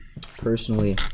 personally